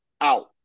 out